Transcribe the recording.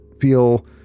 feel